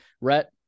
Rhett